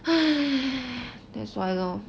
that's why lor